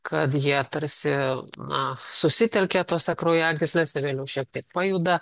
kad jie tarsi na susitelkia tose kraujagyslėse vėliau šiek tiek pajuda